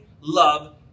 love